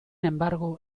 embargo